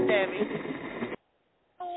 Debbie